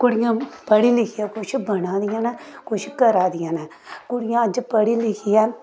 कुड़ियां पढ़ी लिखियै कुछ बना दियां न कुछ करा दियां न कुड़ियां अज्ज पढ़ी लिखियै